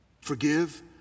Forgive